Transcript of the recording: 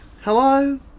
Hello